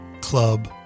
Club